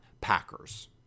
Packers